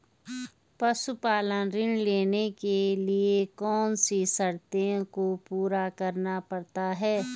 पशुपालन ऋण लेने के लिए कौन सी शर्तों को पूरा करना पड़ता है?